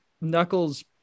knuckles